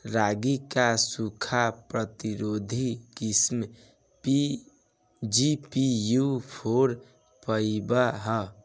रागी क सूखा प्रतिरोधी किस्म जी.पी.यू फोर फाइव ह?